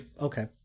Okay